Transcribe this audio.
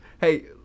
hey